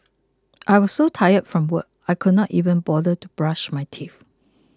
I was so tired from work I could not even bother to brush my teeth